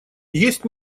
есть